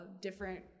different